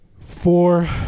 four